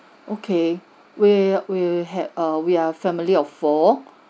okay we we hav~ err we are family of four